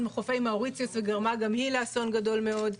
חופי מאוריציוס וגרמה גם היא לאסון גדול מאוד.